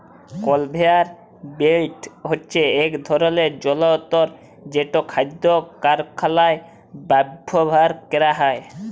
conveyor belt হছে ইক ধরলের জলতর যেট খাদ্য কারখালায় ব্যাভার ক্যরা হয়